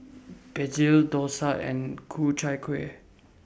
Begedil Dosa and Ku Chai Kuih